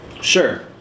Sure